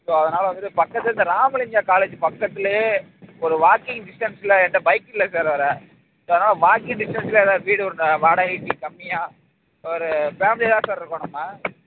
so அதனால் வந்துட்டு பக்கத்திலே இந்த ராமலிங்கா காலேஜு பக்கத்திலயே ஒரு வாக்கிங் டிஸ்டன்ஸ்ல என்கிட்ட பைக் இல்லை சார் வேற ஸோ அதனால் வாக்கிங் டிஸ்டன்ஸ்ல ஏதாது வீடு ஒன்று வாடகைக்கு கம்மியாக ஒரு ஃபேமிலியாக தான் சார் இருக்கோம் நம்ம